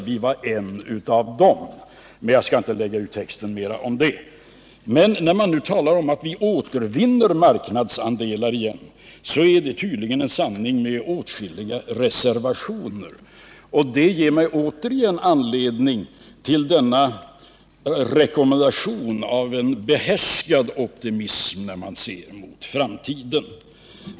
Sverige var en av dem. Men jag skall inte lägga ut texten mer om det. Nu talar man om att vi återvinner marknadsandelar igen. Det är tydligen en sanning med åtskilliga reservationer. Det ger mig återigen anledning att rekommendera en behärskad optimism när man ser mot framtiden.